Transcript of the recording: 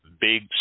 Big